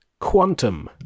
quantum